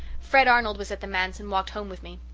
fred arnold was at the manse and walked home with me.